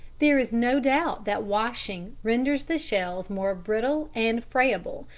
there is no doubt that washing renders the shells more brittle and friable,